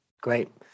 Great